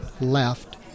left